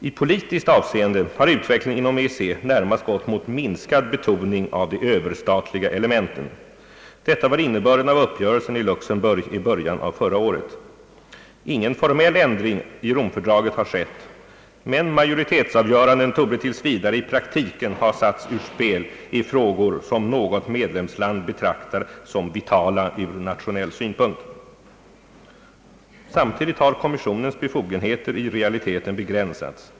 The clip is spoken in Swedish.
I politiskt avseende har utvecklingen inom EEC närmast gått mot minskad betoning av de överstatliga elementen. Detta var innebörden av uppgörelsen i Luxemburg i början av förra året. Ingen formell ändring i romfördraget har skett, men majoritetsavgöranden torde tills vidare i praktiken ha satts ur spel i frågor som något medlemsland betraktar som vitala ur nationell synpunkt. Samtidigt har kommissionens befogenheter i realiteten begränsats.